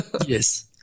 Yes